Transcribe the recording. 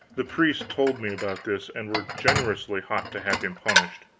the priests told me about this, and were generously hot to have him punished.